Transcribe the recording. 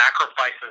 sacrifices